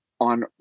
on